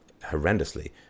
horrendously